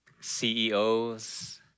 CEOs